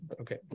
Okay